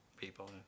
people